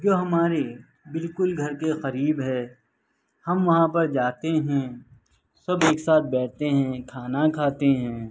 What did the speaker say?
جو ہمارے بالکل گھر کے قریب ہے ہم وہاں پر جاتے ہیں سب ایک ساتھ بیٹھتے ہیں کھانا کھاتے ہیں